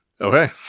Okay